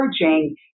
charging